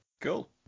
Cool